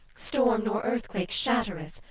storm nor earthquake shattereth,